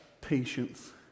patience